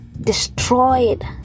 destroyed